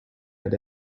had